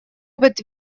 опыт